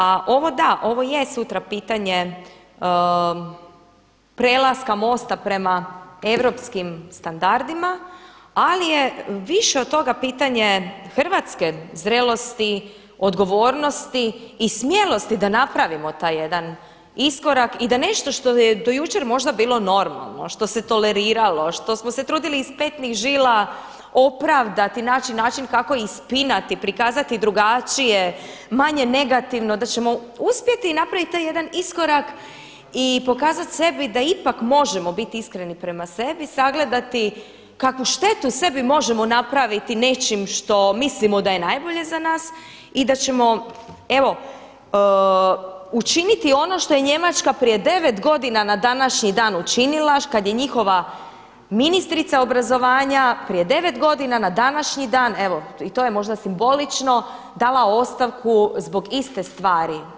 A ovo da, ovo je sutra pitanje prelaska mosta prema europskim standardima ali je više od toga pitanje hrvatske zrelosti, odgovornosti i smjelosti da napravimo taj jedan iskorak i da nešto što je do jučer možda bilo normalno, što se toleriralo, što smo se trudili iz petnih žila opravdati način kako ispinati, prikazati drugačije, manje negativno, da ćemo uspjeti napraviti taj jedan iskorak i pokazati sebi da ipak možemo biti iskreni prema sebi, sagledati kakvu štetu sebi možemo napraviti nečim što mislimo da je najbolje za nas i da ćemo evo učiniti ono što je Njemačka prije 9 godina na današnji dan učinila kada je njihova ministrica obrazovanja prije 9 godina na današnji dan, evo i to je možda simbolično dala ostavku zbog iste stvari.